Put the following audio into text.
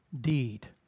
deed